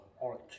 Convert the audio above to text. Orange